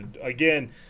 Again